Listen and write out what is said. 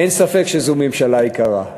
אין ספק שזו ממשלה יקרה.